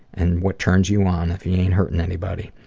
and what turns you on, if you ain't hurtin' anybody.